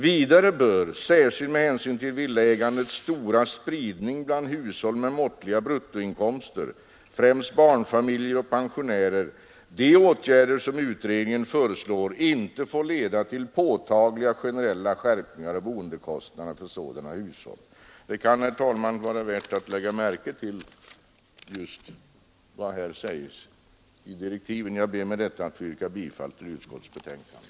Vidare bör — särskilt med hänsyn till villaägandets stora spridning bland hushåll med måttliga bruttoinkomster, främst barnfamiljer och pensionärer — de åtgärder som utredningen föreslår inte få leda till påtagliga generella skärpningar av boendekostnaderna för sådana hushåll.” Det kan vara värt att lägga märke till just vad som här sägs i direktiven. Med det anförda, herr talman, ber jag att få yrka bifall till utskottets hemställan.